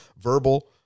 verbal